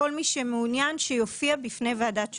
כל מי שמעוניין שיופיע בפני ועדת שרשבסקי.